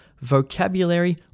vocabulary